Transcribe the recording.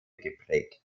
geprägt